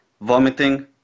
vomiting